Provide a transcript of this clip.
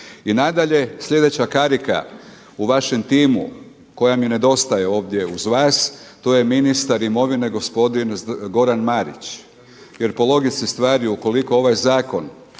I nadalje, sljedeća karika u vašem timu koja mi nedostaje ovdje uz vas to je ministar imovine gospodin Goran Marić jer po logici stvari ukoliko ovaj zakon